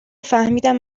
فهمیدم